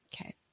Okay